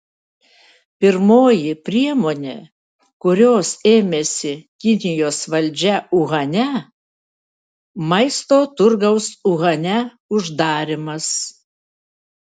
pirmoji priemonė kurios ėmėsi kinijos valdžia uhane maisto turgaus uhane uždarymas